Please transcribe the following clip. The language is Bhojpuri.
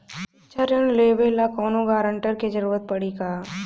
शिक्षा ऋण लेवेला कौनों गारंटर के जरुरत पड़ी का?